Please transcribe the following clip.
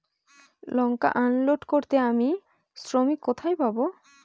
লঙ্কা unload করতে আমি শ্রমিক কোথায় পাবো?